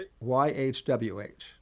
Y-H-W-H